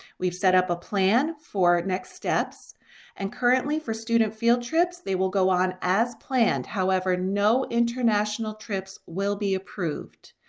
we've set up a plan for next steps and currently for student field trips they will go on as planned. however, no international trips will be approved.